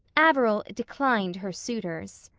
averil declined her suitors.